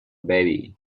baby